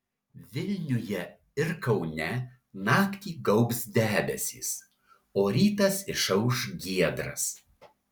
vilniuje ir kaune naktį gaubs debesys o rytas išauš giedras